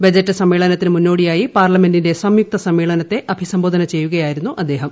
budget സമ്മേളത്തിന് മുന്നോടിയായി പാർലമെന്റിന്റെ സംയുക്ത സമ്മേളനത്തെ അഭിസംബോധന ചെയ്യുകയായിരുന്നു അദ്ദേഹം